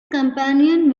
companion